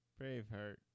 Braveheart